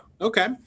okay